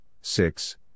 six